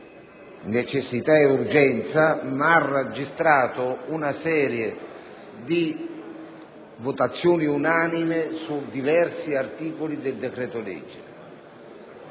necessità e della urgenza, ma ha anche registrato una serie di votazioni unanimi su diversi articoli del decreto-legge.